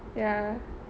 ya